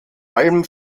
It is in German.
allem